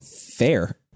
fair